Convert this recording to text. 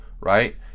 right